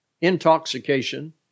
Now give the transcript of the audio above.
intoxication